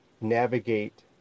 navigate